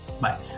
Bye